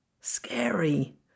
scary